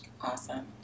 awesome